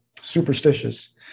superstitious